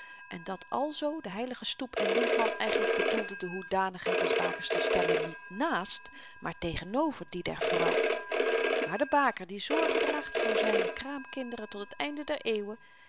en dat alzoo de heilige stoep en windman eigenlyk bedoelde de hoedanigheid des bakers te stellen niet naast maar tegenover die der vrouw maar de baker die zorge draagt voor zyne kraamkinderen tot het einde der eeuwen